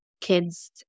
kids